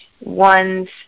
ones